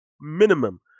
minimum